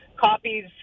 copies